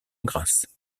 grâce